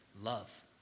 love